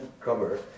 cover